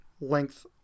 length